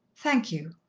thank you,